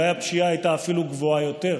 אולי הפשיעה הייתה אפילו גבוהה יותר,